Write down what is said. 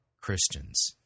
Christians